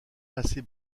assez